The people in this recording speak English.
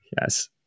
yes